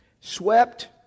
Swept